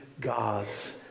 God's